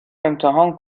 امتحان